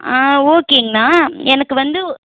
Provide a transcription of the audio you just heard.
ஆ ஓகேங்கண்ணா எனக்கு வந்து